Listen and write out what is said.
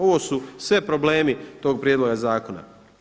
Ovo su sve problemi to prijedloga zakona.